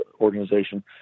organization